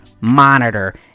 Monitor